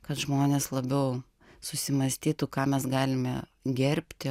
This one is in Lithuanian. kad žmonės labiau susimąstytų ką mes galime gerbti